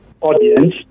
audience